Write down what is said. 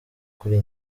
kuri